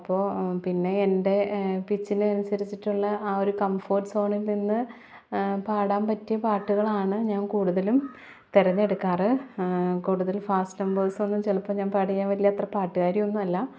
അപ്പോൾ പിന്നെ എൻ്റെ പിച്ചിന് അനുസരിച്ചിട്ടുള്ള ആ ഒരു കംഫോർട്ട് സോണിൽ നിന്ന് പാടാൻ പറ്റിയ പാട്ടുകളാണ് ഞാൻ കൂടുതലും തെരഞ്ഞെടുക്കാറുള്ളത് കൂടുതലും ഫാസ്റ്റ് നമ്പേഴ്സൊന്നും ചിലപ്പം ഞാൻ പാടിയാൽ വലിയ അത്ര പാട്ടുകാരിയൊന്നുമല്ല